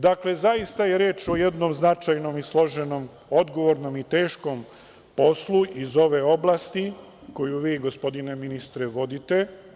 Dakle, zaista je reč o jednom značajnom i složenom, odgovornom i teškom poslu iz ove oblasti, koju vi gospodine ministre vodite.